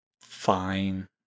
fine